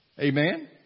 Amen